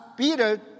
Peter